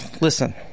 listen